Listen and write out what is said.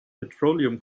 petroleum